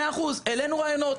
העלינו רעיונות,